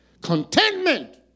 Contentment